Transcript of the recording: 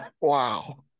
wow